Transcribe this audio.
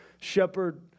shepherd